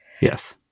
Yes